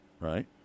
Right